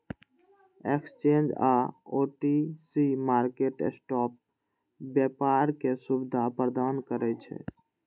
exchange आ OTC market spot व्यापार के सुविधा प्रदान करै छै